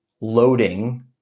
loading